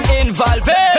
involved